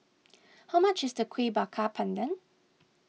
how much is the Kuih Bakar Pandan